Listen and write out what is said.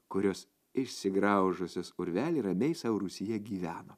kurios išsigraužusios urvelį ramiai sau rūsyje gyveno